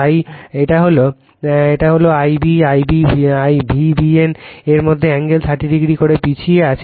তাই এটা হল এটা হল Ib Ib VBN এর থেকে অ্যাঙ্গেল 30o করে পিছিয়ে আছে